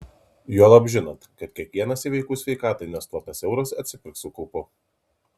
juolab žinant kad kiekvienas į vaikų sveikatą investuotas euras atsipirks su kaupu